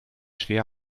schwer